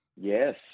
Yes